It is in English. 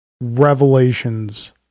revelations